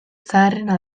zaharrena